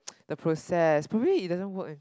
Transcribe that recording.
the process probably it doesn't work in